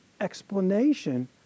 explanation